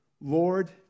Lord